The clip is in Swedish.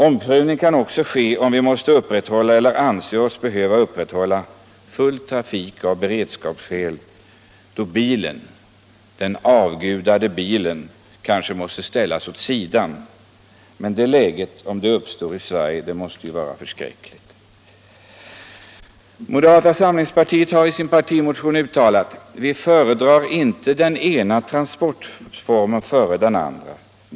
En omprövning kan också göras om vi av beredskapsskäl skulle anse oss behöva upprätthålla full trafik och den avgudade bilen kanske måste ställas åt sidan — om ett sådant läge uppstår i Sverige så måste det vara förskräckligt. Moderata samlingspartiet har i sin partimotion uttalat att vi inte föredrar den ena transportformen framför den andra.